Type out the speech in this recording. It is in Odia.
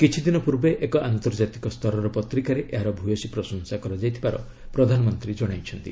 କିଛିଦିନ ପୂର୍ବେ ଏକ ଆନ୍ତର୍ଜାତିକ ସ୍ତରର ପତ୍ରିକାରେ ଏହାର ଭ୍ୟସୀ ପ୍ରଶଂସା କରାଯାଇଥିବାର ପ୍ରଧାନମନ୍ତ୍ରୀ ଜଣାଇଛନ୍ତି